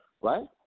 Right